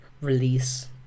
release